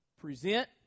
present